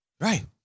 right